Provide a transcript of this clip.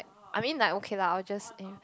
I mean like okay lah I'll just if